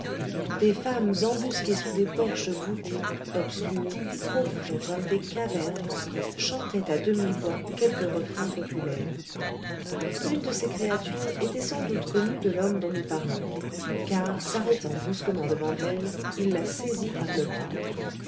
des femmes embusquées sous des porches voûtés obscurs profonds comme des cavernes chantaient à demi-voix quelques refrains populaires une de ces créatures était sans doute connue de l'homme dont nous parlons car s'arrêtant brusquement devant elle il la saisit par le bras